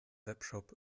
webshop